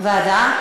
ועדה.